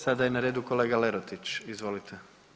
Sada je na redu kolega Lerotić, izvolite.